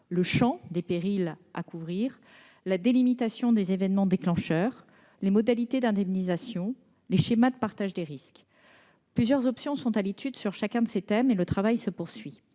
le champ des périls à couvrir, la délimitation des événements déclencheurs, les modalités d'indemnisation, les schémas de partage des risques. Plusieurs options sont à l'étude sur chacun de ces thèmes, et le travail se poursuit.